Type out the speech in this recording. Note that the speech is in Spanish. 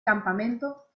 campamento